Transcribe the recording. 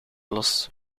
los